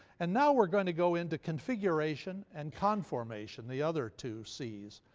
and now we're going to go into configuration and conformation, the other two cs.